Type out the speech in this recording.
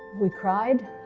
we cried,